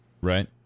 Right